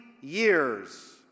years –